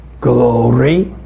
glory